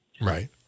Right